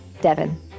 Devon